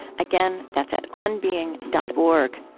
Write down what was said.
again, that's at onbeing dot org.